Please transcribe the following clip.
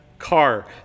car